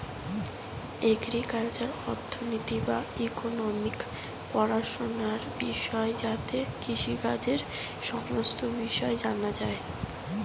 agricultural অর্থনীতি বা economics পড়াশোনার বিষয় যাতে কৃষিকাজের সমস্ত বিষয় জানা যায়